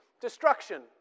Destruction